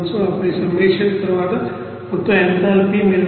ఆపై సమ్మషన్ తర్వాత మొత్తం ఎంథాల్పీ మీరు 2